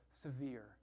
severe